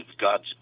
God's